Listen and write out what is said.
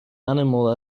animal